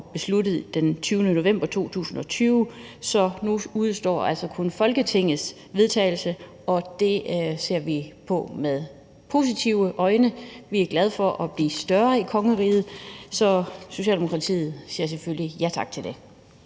besluttet den 20. november 2020. Så nu udestår altså kun Folketingets vedtagelse, og det ser vi på med positive øjne. Vi er glade for at blive større i kongeriget, så Socialdemokratiet siger selvfølgelig ja tak til det.